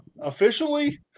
officially